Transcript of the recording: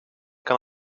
kan